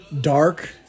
Dark